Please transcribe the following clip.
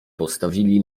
postawili